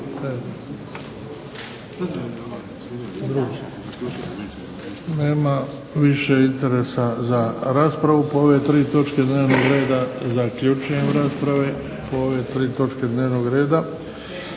Nema više interesa za raspravu. Po ove tri točke dnevnog reda zaključujem rasprave. Po ove tri točke dnevnog reda